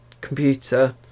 computer